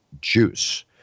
juice